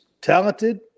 talented